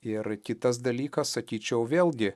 ir kitas dalykas sakyčiau vėlgi